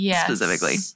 specifically